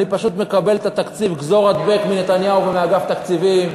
אני פשוט מקבל את התקציב גזור-הדבק מנתניהו ומאגף תקציבים.